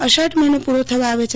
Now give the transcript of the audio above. અષાઢ મહિનો પુરો થવા આવે છે